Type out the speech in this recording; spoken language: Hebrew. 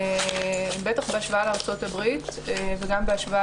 בטח בהשוואה לארצות הברית וגם בהשוואה